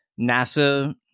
NASA